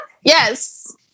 Yes